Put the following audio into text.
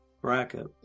Bracket